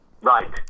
Right